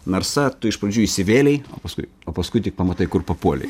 narsa tu iš pradžių įsivėlei o paskui o paskui tik pamatai kur papuolei